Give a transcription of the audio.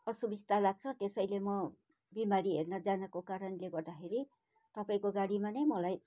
असुबिस्ता लाग्छ त्यसैले मो बिमारी हेर्न जानको कारणले गर्दाखेरि तपाईँको गाडीमा नै मलाई